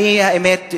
האמת,